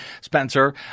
Spencer